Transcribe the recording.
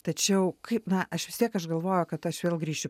tačiau kaip na aš vis tiek aš galvoju kad aš vėl grįšiu